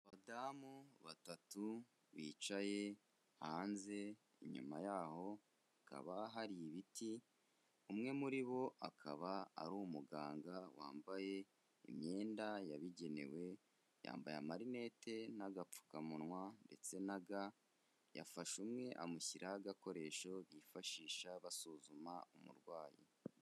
Abadamu batatu bicaye hanze, inyuma yaho hakaba hari ibiti, umwe muri bo akaba ari umuganga wambaye imyenda yabigenewe, yambaye amarinette n'agapfukamunwa ndetse na ga, yafashe umwe amushyiraho agakoresho bifashisha basuzuma umurwayi.